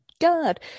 God